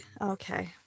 Okay